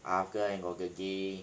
oil gear and got engine